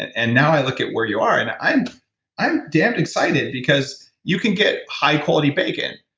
and now i look at where you are and i'm i'm damn excited. because you can get high quality bacon,